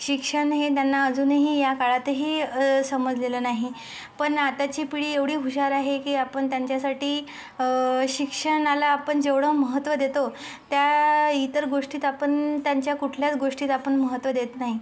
शिक्षण हे त्यांना अजूनही या काळातही समजलेलं नाही पण आताची पिढी एवढी हुशार आहे की आपण त्यांच्यासाठी शिक्षणाला आपण जेवढं महत्त्व देतो त्या इतर गोष्टीत आपण त्यांच्या कुठल्याच गोष्टीत आपण महत्त्व देत नाही